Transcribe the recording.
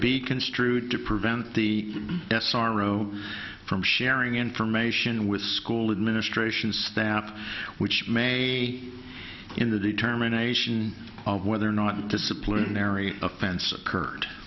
be construed to prevent the s r o from sharing information with school administration stapp which may be in the determination of whether or not disciplinary offense occurred